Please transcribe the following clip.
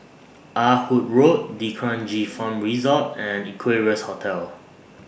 Ah Hood Road D'Kranji Farm Resort and Equarius Hotel